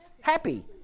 Happy